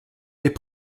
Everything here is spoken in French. est